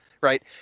right